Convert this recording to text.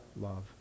love